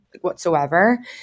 whatsoever